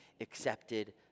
accepted